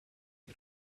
you